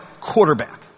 quarterback